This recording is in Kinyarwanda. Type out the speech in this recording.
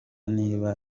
niba